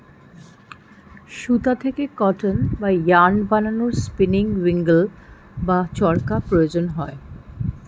সুতা থেকে কটন বা ইয়ারন্ বানানোর স্পিনিং উঈল্ বা চরকা প্রয়োজন